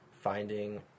finding